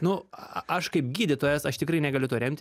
nu aš kaip gydytojas aš tikrai negaliu to remti